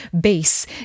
base